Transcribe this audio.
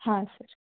ಹಾಂ ಸರ್